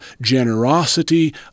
generosity